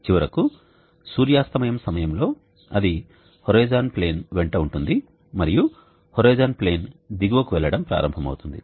చివరకు సూర్యాస్తమయం సమయంలో అది హోరిజోన్ ప్లేన్ వెంట ఉంటుంది మరియు హోరిజోన్ ప్లేన్ దిగువకు వెళ్లడం ప్రారంభమవుతుంది